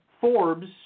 Forbes